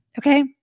Okay